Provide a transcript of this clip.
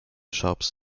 shops